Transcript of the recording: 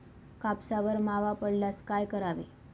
कापसावर मावा पडल्यास काय करावे?